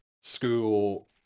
school